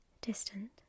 Distant